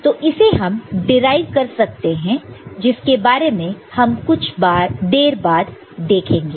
तो इसे हम डीराइव कर सकते हैं जिसके बारे में हम कुछ देर बाद देखेंगे